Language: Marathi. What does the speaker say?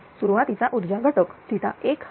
सुरुवातीचा ऊर्जा घटक 1 हा होता